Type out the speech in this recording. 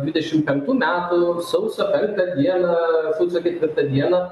dvidešimt penktų metų sausio penktą dieną sausio ketvirtą dieną